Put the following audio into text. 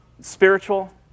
spiritual